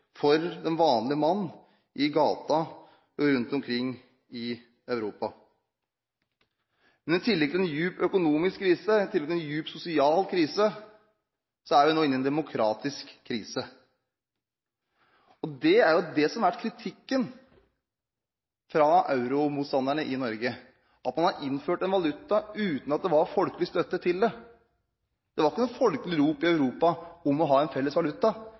for den vanlige mann i gata rundt omkring i Europa. Men i tillegg til en dyp økonomisk krise og en dyp sosial krise er vi nå inne i en demokratisk krise, og kritikken fra euromotstanderne i Norge går jo nettopp på at man har innført en valuta uten at det var folkelig støtte til det. Det var ikke noe folkelig rop i Europa om å ha en felles valuta,